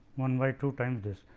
one by two time this.